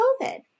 COVID